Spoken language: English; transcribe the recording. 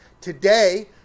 Today